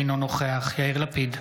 אינו נוכח יאיר לפיד,